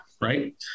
Right